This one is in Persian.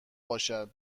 باشد